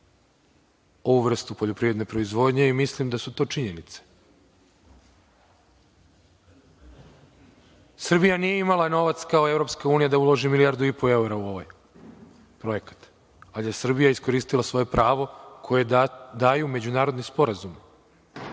ovu vrstu poljoprivredne proizvodnje. Mislim da su to činjenice. Srbija nije imala novac kao EU, da uloži milijardu i po evra u ovaj projekat, ali je Srbija iskoristila svoje pravo koje daju međunarodni sporazumi.